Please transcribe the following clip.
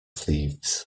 thieves